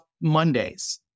Mondays